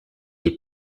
est